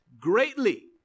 greatly